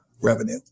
revenue